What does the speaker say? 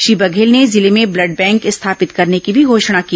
श्री बघेल ने जिले में ब्लड बैंक स्थापित करने की भी घोषणा की